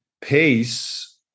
pace